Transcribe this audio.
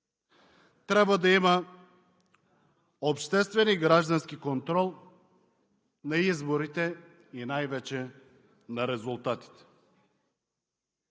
трябва да има обществен и граждански контрол на изборите и най-вече на резултатите.